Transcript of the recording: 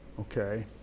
Okay